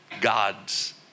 God's